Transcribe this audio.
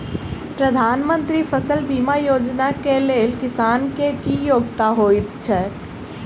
प्रधानमंत्री फसल बीमा योजना केँ लेल किसान केँ की योग्यता होइत छै?